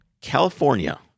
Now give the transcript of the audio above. California